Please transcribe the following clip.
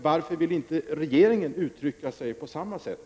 Varför vill inte regeringen uttrycka sig på samma sätt?